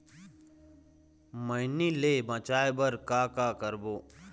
मैनी ले बचाए बर का का करबो?